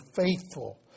faithful